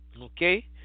okay